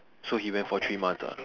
so he went for three months ah